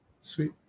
Sweet